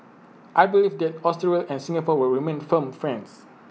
I believe that Australia and Singapore will remain firm friends